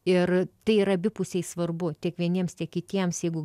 ir tai yra abipusiai svarbu tiek vieniems tiek kitiems jeigu